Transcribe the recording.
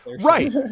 Right